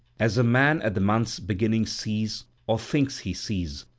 as a man at the month's beginning sees, or thinks he sees,